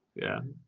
yeah.